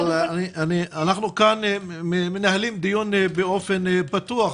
אבל אנחנו כאן מנהלים דיון באופן פתוח,